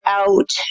out